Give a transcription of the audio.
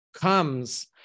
comes